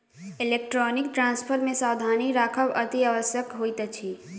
electronic transfer मे सावधानी राखब अतिआवश्यक होइत अछि